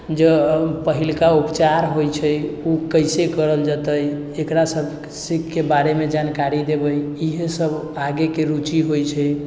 जे आब पहिलका उपचार होइ छै उ कैसे करल जेतै एकरा सबके बारेमे जानकारी देबै इहे सब आगेके रूचि होइ छै